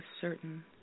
certain